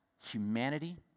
Humanity